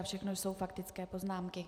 Všechno jsou faktické poznámky.